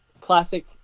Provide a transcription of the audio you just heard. classic